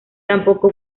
tampoco